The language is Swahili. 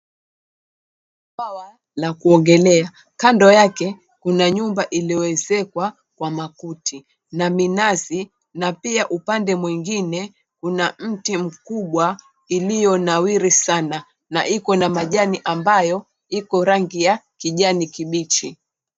Bwawa la kuogelea kando yake kuna nyumba iliyoezekwa kwa makuti na minazi na pia upande mwingine kuna mti mkubwa iliyonawiri sana na iko na majani ambayo iko rangi ya kijani kibichi.